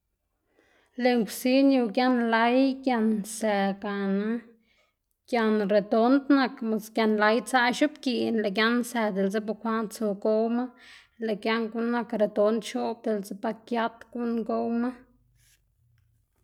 lën kwsin yu gian lay, gian nsë gana gian redond nak gian lay tsaꞌ x̱ubgiꞌn, lëꞌ gian nsë diꞌlse bukwaꞌn tsu gowma, lëꞌ gian guꞌn nak redond x̱oꞌb diꞌltse ba giat guꞌn gowma.